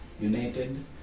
United